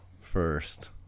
first